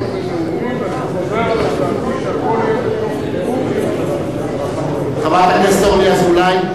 חברת הכנסת אורלי אזולאי,